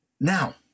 Now